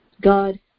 God